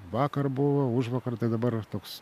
vakar buvo užvakar tai dabar toks